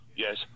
Yes